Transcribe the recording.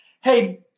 hey